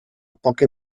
poca